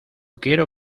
quiero